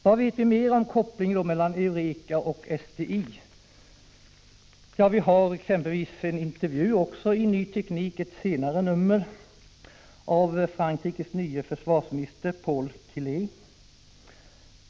Vad vet vi mer om kopplingen mellan EUREKA och SDI? Jo, vi har exempelvis en intervju i ett senare nummer av Ny Teknik med Frankrikes nye försvarsminister Paul Quilés.